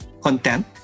content